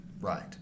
Right